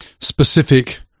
specific